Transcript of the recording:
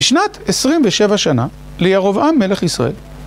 בשנת עשרים ושבע שנה, לירובעם מלך ישראל.